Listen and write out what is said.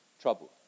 trouble